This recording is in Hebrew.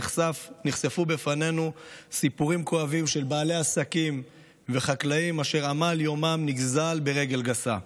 נחשפו בפנינו סיפורים כואבים של בעלי עסקים אשר עמל יומם נגזל ברגל גסה.